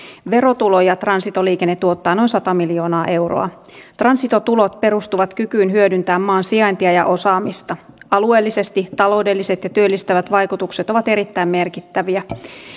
verotuloja transitoliikenne tuottaa noin sata miljoonaa euroa transitotulot perustuvat kykyyn hyödyntää maan sijaintia ja osaamista alueellisesti taloudelliset ja työllistävät vaikutukset ovat erittäin merkittäviä